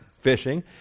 fishing